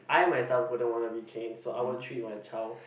I myself wouldn't want to be caned so I would treat my child